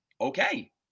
Okay